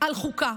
על חוקה.